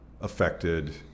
affected